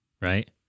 Right